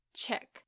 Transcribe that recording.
check 、